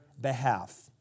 behalf